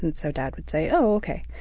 and so dad would say oh, ok.